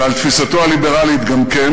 ובתפיסתו הליברלית גם כן,